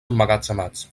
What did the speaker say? emmagatzemats